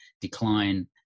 decline